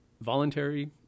voluntary